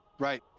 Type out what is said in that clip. right, yeah,